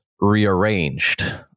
rearranged